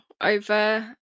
over